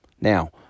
Now